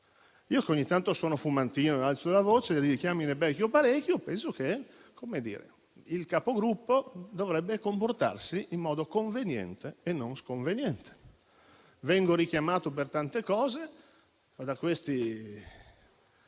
che ogni tanto sono fumantino, alzo la voce e di richiami ne becco parecchi, penso che il Capogruppo dovrebbe comportarsi in modo conveniente e non sconveniente. Io vengo richiamato per tante cose da questi